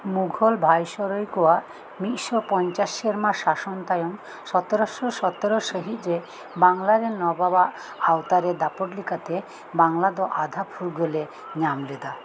Mughal viceroy ᱠᱚᱣᱟᱜ ᱢᱤᱫᱥᱚ ᱯᱚᱧᱪᱟᱥ ᱥᱮᱨᱢᱟ ᱥᱟᱥᱚᱱ ᱛᱟᱭᱚᱢ ᱥᱟᱛᱮᱨᱚᱥᱚ ᱥᱟᱛᱮᱨᱚ ᱥᱟᱹᱦᱤᱛ ᱨᱮ ᱵᱟᱝᱞᱟᱨᱮᱱ ᱱᱚᱵᱟᱵᱟᱜ ᱟᱣᱛᱟᱨᱮ ᱫᱟᱯᱚᱴ ᱞᱮᱠᱟᱛᱮ ᱵᱟᱝᱞᱟᱫᱚ ᱟᱫᱷᱟ ᱯᱷᱩᱨᱜᱟᱹᱞᱮ ᱧᱟᱢᱞᱮᱫᱟ